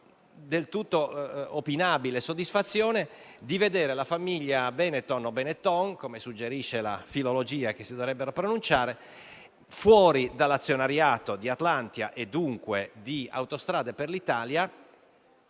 del tutto opinabile soddisfazione di vedere la famiglia Bénetton (o Benettòn come la filologia suggerisce si dovrebbe pronunciare questo nome) fuori dall'azionariato di Atlantia, e dunque di Autostrade per l'Italia,